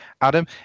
Adam